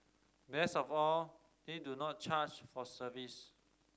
best of all they do not charge for service